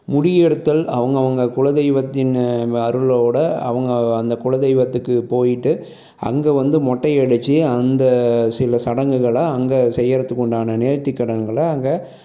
முடி எடுத்தல் அவங்க அவங்க குலதெய்வத்தின் அருளோடு அவங்க அந்த குலதெய்வத்துக்கு போயிட்டு அங்கே வந்து மொட்டை அடித்து அந்த சில சடங்குகள் அங்கே செய்கிறத்துக்குண்டான நேர்த்திக் கடன்கள் அங்கே